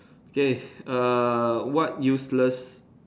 okay err what useless